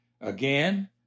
Again